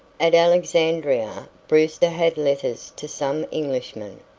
at alexandria brewster had letters to some englishmen,